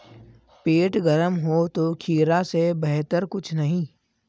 पेट गर्म हो तो खीरा से बेहतर कुछ नहीं